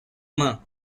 main